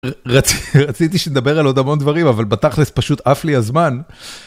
רציתי שנדבר על עוד המון דברים אבל בתכלס פשוט עף לי הזמן.